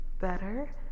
better